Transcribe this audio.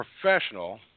professional